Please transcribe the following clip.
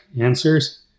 answers